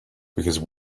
because